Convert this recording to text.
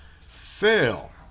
fail